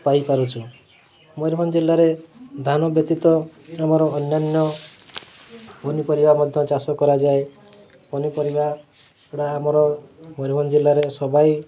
ପାଇପାରୁଛୁ ମୟୁରଭଞ୍ଜ ଜିଲ୍ଲାରେ ଧାନ ବ୍ୟତୀତ ଆମର ଅନ୍ୟାନ୍ୟ ପନିପରିବା ମଧ୍ୟ ଚାଷ କରାଯାଏ ପନିପରିବାଗୁଡାକ ଆମର ମୟୂରଭଞ୍ଜ ଜିଲ୍ଲାରେ ସବାଇ